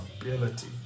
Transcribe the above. ability